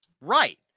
Right